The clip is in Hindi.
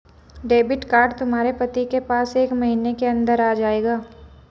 डेबिट कार्ड तुम्हारे पति के पास एक महीने के अंदर आ जाएगा